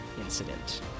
incident